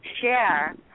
share